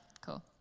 cool